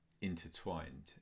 intertwined